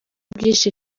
byinshi